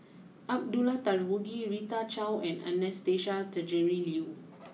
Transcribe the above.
Abdullah Tarmugi Rita Chao and Anastasia Tjendri Liew